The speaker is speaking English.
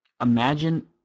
imagine